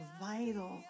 vital